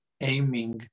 aiming